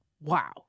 Wow